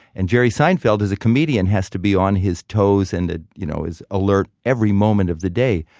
and jerry seinfeld is a comedian has to be on his toes and ah you know is alert every moment of the day.